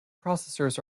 processors